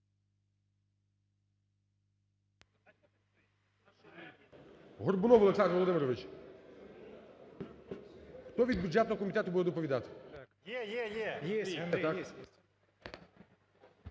Горбунов Олександр Володимирович. Хто від бюджетного комітету буде доповідати?